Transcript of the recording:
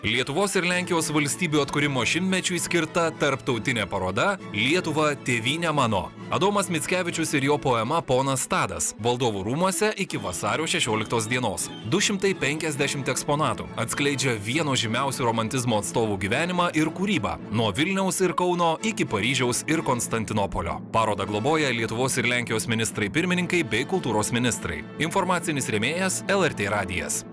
lietuvos ir lenkijos valstybių atkūrimo šimtmečiui skirta tarptautinė paroda lietuva tėvyne mano adomas mickevičius ir jo poema ponas tadas valdovų rūmuose iki vasario šešioliktos dienos du šimtai penkiasdešimt eksponatų atskleidžia vieno žymiausių romantizmo atstovų gyvenimą ir kūrybą nuo vilniaus ir kauno iki paryžiaus ir konstantinopolio parodą globoja lietuvos ir lenkijos ministrai pirmininkai bei kultūros ministrai informacinis rėmėjas lrt radijas